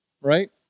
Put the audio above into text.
right